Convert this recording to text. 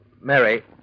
Mary